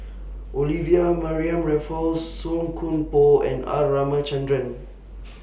Olivia Mariamne Raffles Song Koon Poh and R Ramachandran